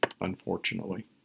unfortunately